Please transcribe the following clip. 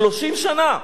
30 שנה,